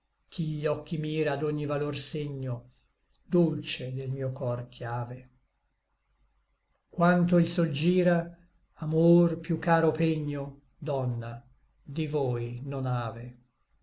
chi gli occhi mira d'ogni valor segno dolce del mio cor chiave quando il sol gira amor piú caro pegno donna di voi non ave